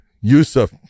Yusuf